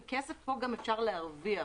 וכסף פה גם אפשר להרוויח.